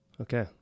Okay